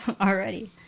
already